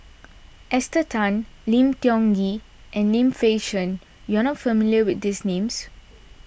Esther Tan Lim Tiong Ghee and Lim Fei Shen you are not familiar with these names